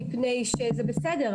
מפני שזה בסדר,